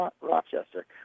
Rochester